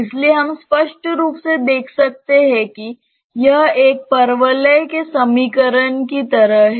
इसलिए हम स्पष्ट रूप से देख सकते हैं कि यह एक परवलय के समीकरण की तरह है